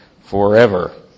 forever